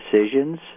decisions